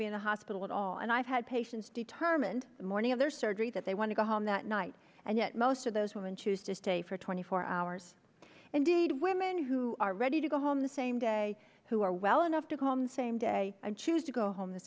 be in the hospital at all and i've had patients determined the morning of their surgery that they want to go home that night and yet most of those women choose to stay for twenty four hours and deed women who are ready to go home the same day who are well enough to home same day and choose to go home the